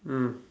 mm